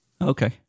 Okay